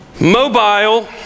mobile